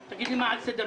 תגיד לי מה על סדר-היום.